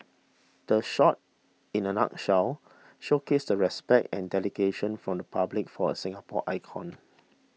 the shot in a nutshell showcased the respect and dedication from the public for a Singapore icon